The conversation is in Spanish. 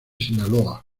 sinaloa